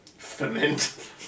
Ferment